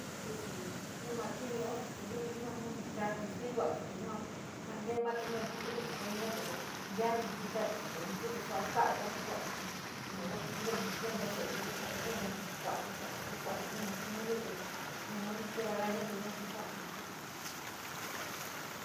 Tuchi nu maa kinió kití luli yua nu in chate stintuatí kití yua tee martítenu jantukutí comidatí ncha tijité te no tu te soua louguiti. Enr yuu kuu inten intents sou luliti nu tu kenta kuatí naa kuu kuati nu maa snuyatí na nani telaraña yua ja kua´atí yí.